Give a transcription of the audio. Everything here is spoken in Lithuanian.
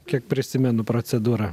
kiek prisimenu procedūrą